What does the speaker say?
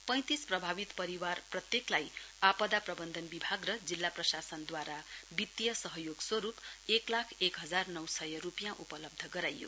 पैंतिस प्रभावित परिवार प्रत्येकलाई आपदा प्रवन्धन विभाग र जिल्ला प्रशासनदूवारा वित्तीय सहयोग स्वरुप एक लाख एक हजार नौ सय रुपियाँ उपलब्ध गराइएको